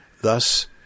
Thus